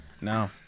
no